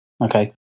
Okay